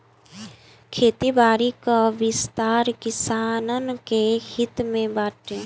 खेती बारी कअ विस्तार किसानन के हित में बाटे